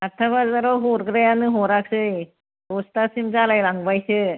आतथा बाजाराव हरग्रायानो हरासै दसथासिम जालायजांबासो